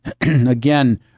Again